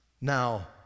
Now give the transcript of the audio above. Now